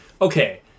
okay